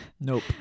Nope